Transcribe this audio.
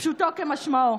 פשוטו כמשמעו.